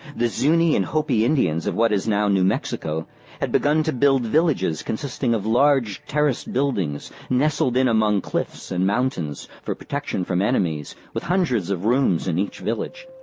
the zuni and hopi indians of what is now new mexico had begun to build villages consisting of large terraced buildings, nestled in among cliffs and mountains for protection from enemies, with hundreds of rooms in each village.